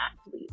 athlete